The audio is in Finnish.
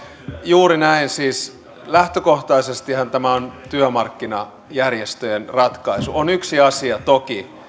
juuri näin siis lähtökohtaisestihan tämä on työmarkkinajärjestöjen ratkaisu on toki yksi asia